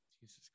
jesus